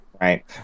Right